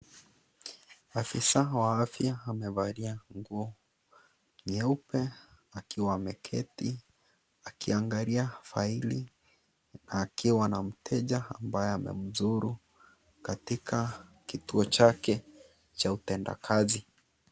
Afisa wa afya amevalia nguo nyeupe akiwa ameketi, akiangalia faili akiwa na mteja ambaye amemzulu katika kituo chake cha utenda kazi.